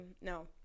No